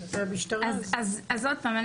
אז עוד פעם,